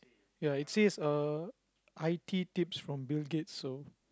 ya it says uh i_t tips from Bill-Gates so